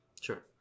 Sure